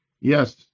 Yes